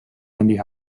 lindy